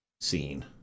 scene